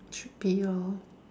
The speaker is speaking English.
should be lor